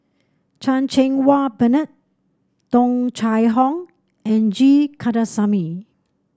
Chan Cheng Wah Bernard Tung Chye Hong and G Kandasamy